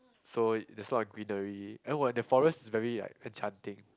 so there's a lot of greenery and when in their forest is very like enchanting